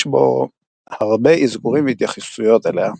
יש בו הרבה אזכורים והתייחסויות אליה.